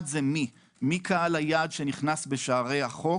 אחד זה מי קהל היעד שנכנס בשערי החוק.